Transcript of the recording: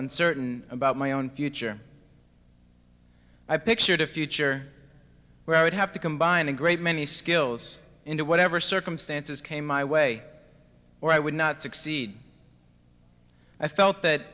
uncertain about my own future i pictured a future where i would have to combine a great many skills into whatever circumstances came my way or i would not succeed i felt that